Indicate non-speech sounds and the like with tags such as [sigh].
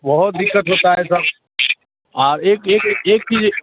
बहोत दिक़्क़त होती है सर और एक एक एक चीज़ [unintelligible]